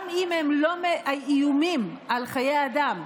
גם אם לא איומים על חיי אדם,